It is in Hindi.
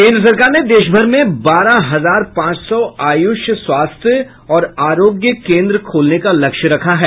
केन्द्र सरकार ने देशभर में बारह हजार पांच सौ आयुष स्वास्थ्य और आरोग्य केन्द्र खोलने का लक्ष्य रखा है